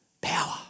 power